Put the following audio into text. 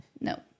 No